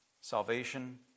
Salvation